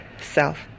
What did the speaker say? self